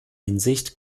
hinsicht